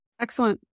Excellent